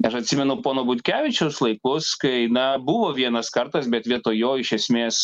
aš atsimenu pono butkevičiaus laikus kai na buvo vienas kartas bet vietoj jo iš esmės